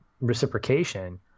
reciprocation